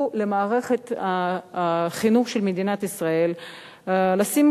למערכת החינוך של מדינת ישראל לשים